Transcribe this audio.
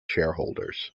shareholders